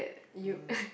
you